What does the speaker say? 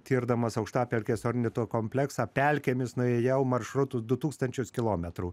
tirdamas aukštapelkės ornito kompleksą pelkėmis nuėjau maršrutu du tūkstančius kilometrų